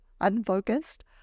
unfocused